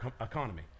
economy